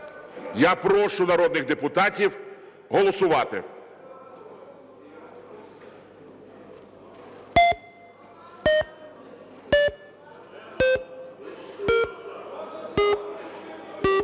Я прошу народних депутатів голосувати.